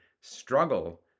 struggle